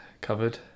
covered